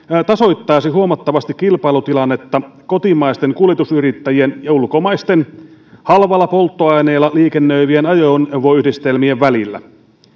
tasoittaisi huomattavasti kilpailutilannetta kotimaisten kuljetusyrittäjien ja ulkomaisten halvalla polttoaineilla liikennöivien ajoneuvoyhdistelmien välillä